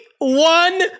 one